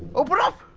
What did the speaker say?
open up.